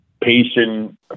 patient